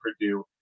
Purdue